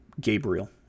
Gabriel